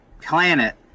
planet